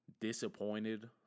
disappointed